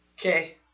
Okay